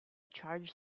charged